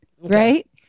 Right